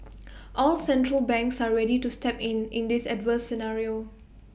all central banks are ready to step in in this adverse scenario